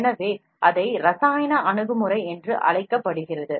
எனவே அது இரசாயன அணுகுமுறை என்று அழைக்கப்படுகிறது